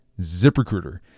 ZipRecruiter